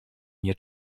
nie